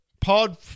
pod